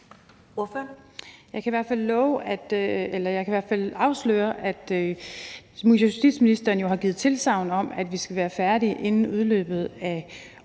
Jeg kan i hvert fald afsløre, at justitsministeren har givet tilsagn om, at vi skal være færdige inden udgangen af året.